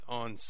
on